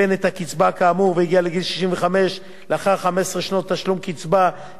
לאחר 15 שנות תשלום קצבה יהיה פטור מאחוז ניכר מהניכוי